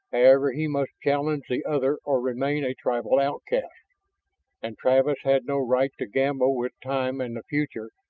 however, he must challenge the other or remain a tribal outcast and travis had no right to gamble with time and the future,